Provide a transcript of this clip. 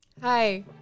Hi